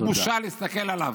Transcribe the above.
בושה להסתכל עליו.